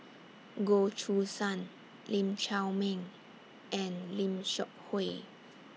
Goh Choo San Lee Chiaw Meng and Lim Seok Hui